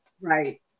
Right